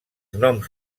noms